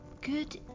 Good